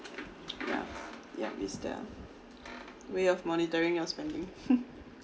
yup yup it's their way of monitoring your spending hmm